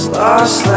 lost